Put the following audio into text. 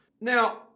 Now